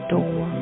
Door